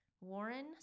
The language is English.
Warren